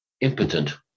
impotent